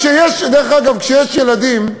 דרך אגב, כשיש ילדים,